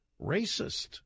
racist